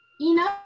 enough